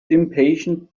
impatient